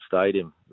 Stadium